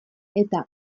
eta